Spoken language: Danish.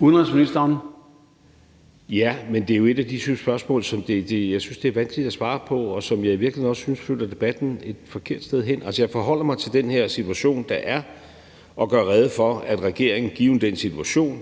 Udenrigsministeren (Lars Løkke Rasmussen): Det er jo et af de spørgsmål, som jeg synes at det er vanskeligt at svare på, og som jeg i virkeligheden også synes flytter debatten et forkert sted hen. Altså, jeg forholder mig til den her situation, der er, og gør rede for, at regeringen, givet at der er den situation,